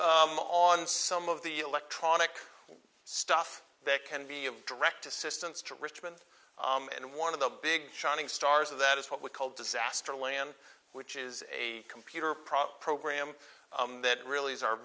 on some of the electronic stuff that can be of direct assistance to richmond and one of the big shining stars of that is what we call disaster land which is a computer problem program that really is our